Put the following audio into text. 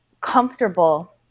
comfortable